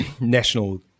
National